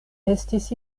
estis